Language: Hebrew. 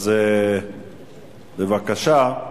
בבקשה.